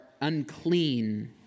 unclean